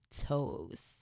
toes